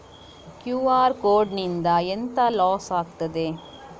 QR code ನಿಂದ ಎಂತ loss ಆಗ್ತದೆ?